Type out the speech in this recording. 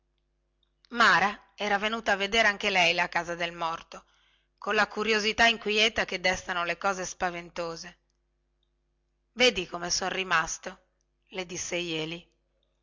mara era venuta a vedere anche lei la casa del morto colla curiosità inquieta che destano le cose spaventose vedi come son rimasto le disse jeli